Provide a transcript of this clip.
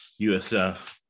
USF